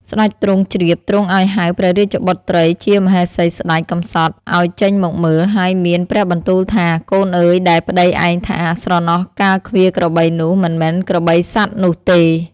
ស្តេចទ្រង់ជ្រាបទ្រង់អោយហៅព្រះរាជបុត្រីជាមហេសីស្តេចកំសត់អោយចេញមកមើល ហើយមានព្រះបន្ទូលថា “កូនអើយដែលប្តីឯងថា ស្រណោះកាលឃ្វាលក្របីនោះ មិនមែនក្របីសត្វនោះទេ។